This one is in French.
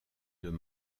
deux